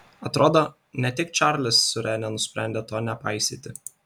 atrodo ne tik čarlis su rene nusprendė to nepaisyti